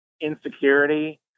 insecurity